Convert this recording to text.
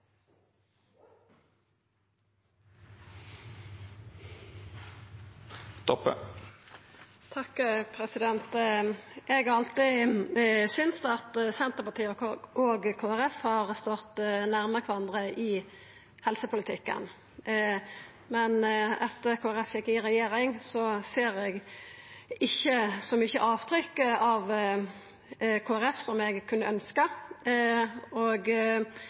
Eg har alltid syntest at Senterpartiet og Kristeleg Folkeparti har stått nærme kvarandre i helsepolitikken, men etter at Kristeleg Folkeparti gjekk inn i regjering, ser eg ikkje så mange avtrykk av Kristeleg Folkeparti som eg kunne